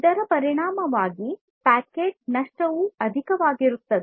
ಇದರ ಪರಿಣಾಮವಾಗಿ ಪ್ಯಾಕೆಟ್ ನಷ್ಟವೂ ಅಧಿಕವಾಗಿರುತ್ತದೆ